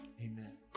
Amen